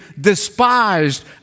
despised